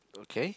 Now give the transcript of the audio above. okay